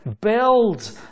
build